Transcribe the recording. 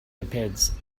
depends